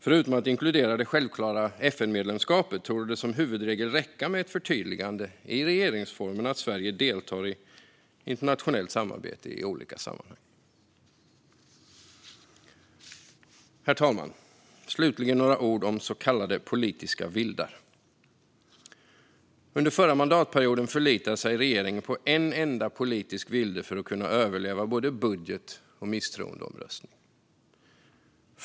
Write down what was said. Förutom att inkludera det självklara FN-medlemskapet torde det som huvudregel räcka med ett förtydligande i regeringsformen om att Sverige deltar i internationellt samarbete i olika sammanhang. Herr talman! Slutligen vill jag säga några ord om så kallade politiska vildar. Under förra mandatperioden förlitade sig regeringen på en enda politisk vilde för att kunna överleva både budget och misstroendeomröstning.